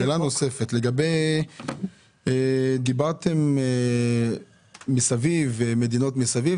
שאלה נוספת, דיברתם על מדינות מסביב.